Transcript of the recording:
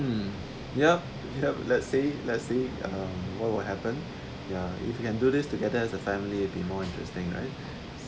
mm yup yup let's see let's see uh what will happen ya if you can do this together as a family it be more interesting right